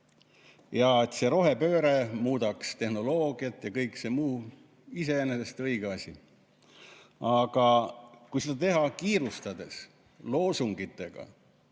saada? Et rohepööre muudaks tehnoloogiat ja kõik see muu – iseenesest õige asi. Aga kui seda teha kiirustades, loosungitega,